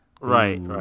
Right